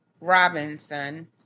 Robinson